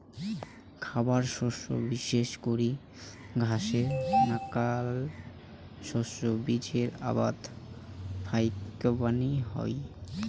খাবার শস্য বিশেষ করি ঘাসের নাকান শস্য বীচির আবাদ ফাইকবানী হই